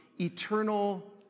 eternal